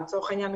לצורך העניין,